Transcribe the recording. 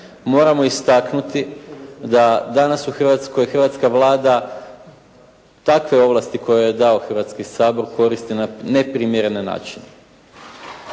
moramo istaknuti da danas u Hrvatskoj, hrvatska Vlada takve ovlasti koje je dao Hrvatski sabor koristi na neprimjerene načine.